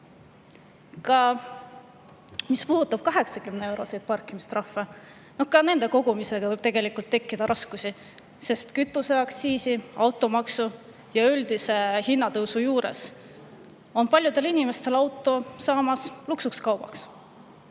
Mis puudutab 80-euroseid parkimistrahve, siis nende kogumisega võib tekkida raskusi, sest kütuseaktsiisi, automaksu ja üldise hinnatõusu juures on paljudel inimestel auto saamas luksuskaubaks.